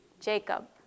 Jacob